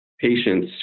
patients